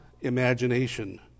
imagination